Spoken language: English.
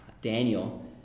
Daniel